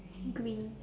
green